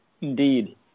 Indeed